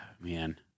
man